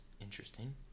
interesting